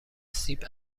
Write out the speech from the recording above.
سیب